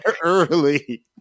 early